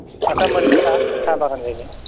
आदसा मोनगोन ना साहा बागान गायनो